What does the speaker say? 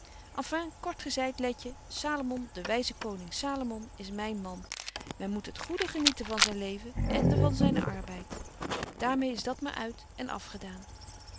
enfin kort gezeit letje salomon de wyze koning salomon is myn man men moet het goede genieten van zyn leven ende van zyn arbeid daar mee is dat maar uit en afgedaan